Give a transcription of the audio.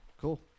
Cool